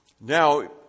Now